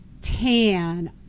tan